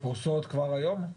פרוסות כבר היום?